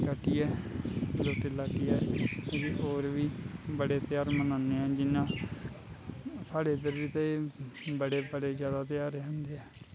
लुट्टी लाट्टियै उ'दी होर बी बड़े त्यहार मनानेआं जियां साढ़े इद्धर बी ते बड़े बड़े जैदा त्यहार मनांदे ऐ